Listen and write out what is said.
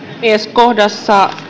kohdassa